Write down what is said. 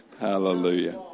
Hallelujah